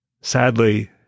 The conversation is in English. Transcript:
Sadly